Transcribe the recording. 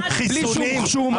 בלי שום חשומה --- סליחה,